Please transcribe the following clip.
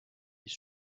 his